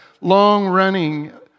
long-running